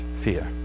fear